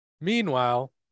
Meanwhile